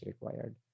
required